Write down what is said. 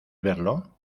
verlo